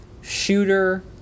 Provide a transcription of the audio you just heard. shooter